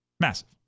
Massive